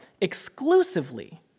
exclusively